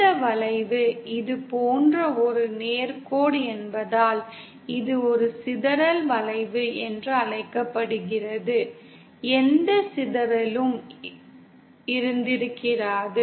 இந்த வளைவு இது போன்ற ஒரு நேர் கோடு என்பதால் இது ஒரு சிதறல் வளைவு என்று அழைக்கப்படுகிறது எந்த சிதறலும் இருந்திருக்காது